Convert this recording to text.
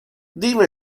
dime